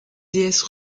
déesse